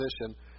position